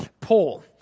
Paul